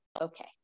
Okay